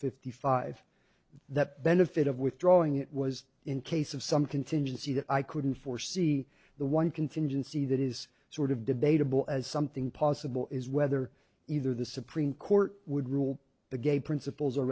fifty five that benefit of withdrawing it was in case of some contingency that i couldn't foresee the one contingency that is sort of debatable as something possible is whether either the supreme court would rule the gay principles or